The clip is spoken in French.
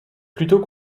plutôt